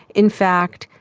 in fact,